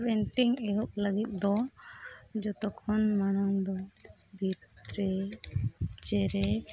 painting ᱮᱦᱚᱵ ᱞᱟᱹᱜᱤᱫ ᱫᱚ ᱡᱚᱛᱚ ᱠᱷᱚᱱ ᱢᱟᱲᱟᱝ ᱫᱚ ᱵᱷᱤᱛᱨᱮ ᱡᱮᱨᱮᱲ